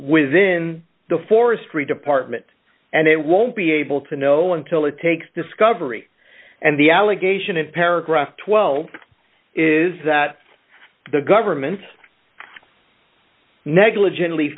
within the forestry department and they won't be able to know until it takes discovery and the allegation of paragraph twelve is that the government negligent